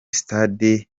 stade